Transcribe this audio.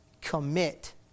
Commit